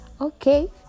okay